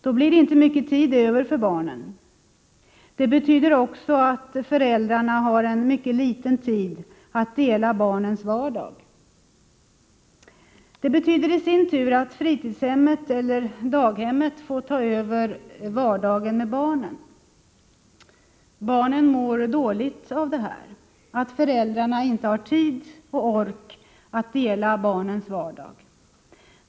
Då blir det inte mycket tid över för barnen. Det betyder också att föräldrarna har en mycket liten tid att dela barnens vardag. Det betyder i sin tur att fritidshemmet eller daghemmet får ta över vardagen med barnen. Barnen mår dåligt av detta — att föräldrarna inte har tid och ork att dela barnens vardag.